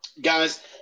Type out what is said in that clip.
guys